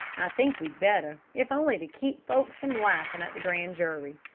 i think we'd better, if only to keep folks from laughing at the grand jury.